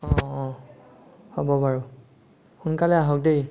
অঁ অঁ হ'ব বাৰু সোনকালে আহক দেই